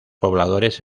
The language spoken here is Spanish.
pobladores